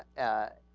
at